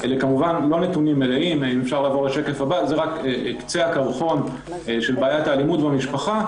זה רק קצה הקרחון של בעיית האלימות במשפחה.